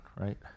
right